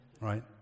right